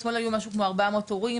אתמול היו משהו כמו 400 הורים,